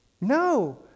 No